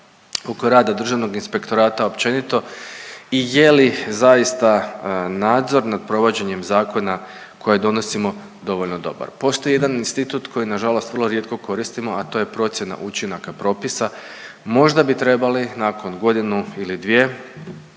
oko rada državnog inspektorata općenito i je li zaista nadzor nad provođenjem zakona koje donosimo dovoljno dobar. Postoji jedan institut koji na žalost vrlo rijetko koristimo, a to je procjena učinaka propisa. Možda bi trebali nakon godinu ili dvije